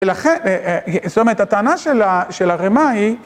ולכן, זאת אומרת, הטענה שלה הרי מה היא?